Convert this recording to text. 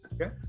Okay